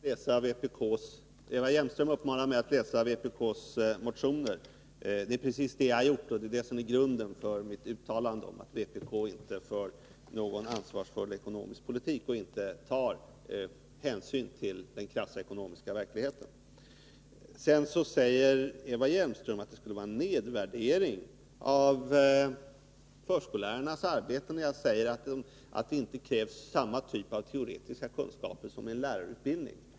Fru talman! Eva Hjelmström uppmanar mig att läsa vpk:s motioner. Det är precis vad jag har gjort, och det är det som är grunden för mitt uttalande att vpk inte för någon ansvarsfull ekonomisk politik och inte tar hänsyn till den krassa ekonomiska verkligheten. Eva Hjelmström säger vidare att det skulle vara en nedvärdering av förskollärarnas arbete när jag säger att det för dem inte krävs samma typ av teoretiska kunskaper som i annan lärarutbildning.